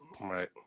right